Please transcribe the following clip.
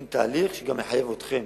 עם תהליך שמחייב אתכם,